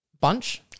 bunch